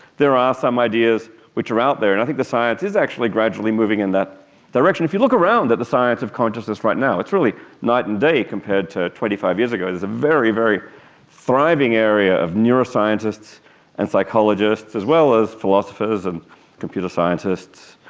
there are some ideas which are out there, and i think the science is actually gradually moving in that direction. if you look around at the science of consciousness right now, it's really night and day compared to twenty five years ago. there is a very, very thriving area of neuroscientists and psychologists, as well as philosophers and computer scientists,